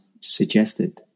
suggested